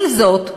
עם זאת,